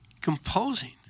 composing